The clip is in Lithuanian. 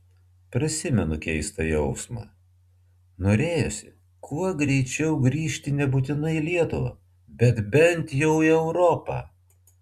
prisimenu keistą jausmą norėjosi kuo greičiau grįžti nebūtinai į lietuvą bet bent jau į europą